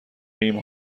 ایم